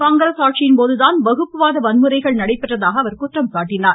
காங்கிரஸ் ஆட்சியின் போதுதான் வகுப்புவாத வன்முறைகள் நடைபெற்றதாக குற்றம் சாட்டினார்